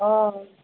অ